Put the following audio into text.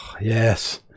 Yes